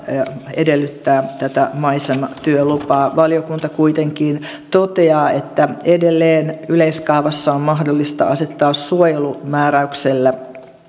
edellyttää tätä maisematyölupaa valiokunta kuitenkin toteaa että edelleen yleiskaavassa on mahdollista asettaa suojelumääräyksellä